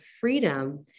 freedom